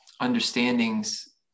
understandings